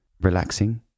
relaxing